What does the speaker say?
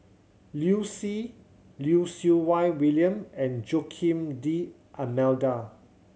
Liu Si Lim Siew Wai William and Joaquim D'Almeida